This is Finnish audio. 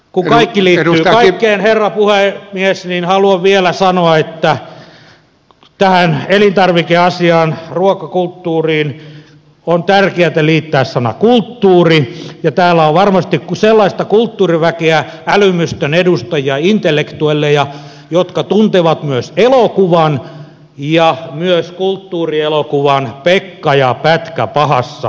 kun kaikki liittyy kaikkeen herra puhemies niin haluan vielä sanoa että tähän elintarvikeasiaan ruokakulttuuriin on tärkeätä liittää sana kulttuuri ja täällä on varmastikin sellaista kulttuuriväkeä älymystön edustajia intellektuelleja jotka tuntevat myös elokuvan ja myös kulttuurielokuvan pekka ja pätkä pahassa pulassa